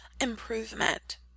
improvement